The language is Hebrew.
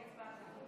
ההצבעה.